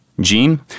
Gene